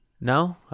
no